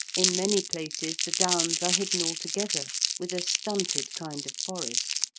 in many places the downs are hidden altogether with a stunted kind of forest.